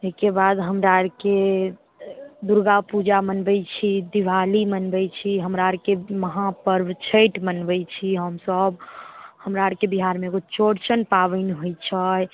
ओहिके बाद हमरा आरके दुर्गापूजा मनबैत छी दीवाली मनबैत छी हमरा आरके महापर्व छठि मनबैत छी हमसब हमरा आरके बिहारमे एगो चौरचन पाबनि होइत छै